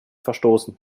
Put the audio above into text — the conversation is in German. verstoßen